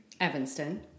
Evanston